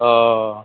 অঁ